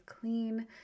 clean